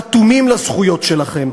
אטומים לזכויות שלכם.